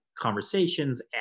conversations